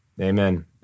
Amen